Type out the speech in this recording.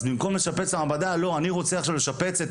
אז במקום לשפץ מעבדה" למרות שאני בעד הספורט "אני רוצה לשפץ את